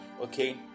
okay